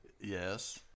Yes